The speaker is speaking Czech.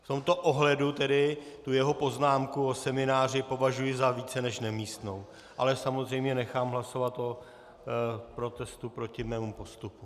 V tomto ohledu jeho poznámku o semináři považuji za více než nemístnou, ale samozřejmě nechám hlasovat o protestu proti mému postupu.